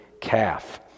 calf